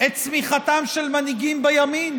את צמיחתם של מנהיגים בימין?